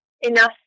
enough